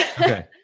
Okay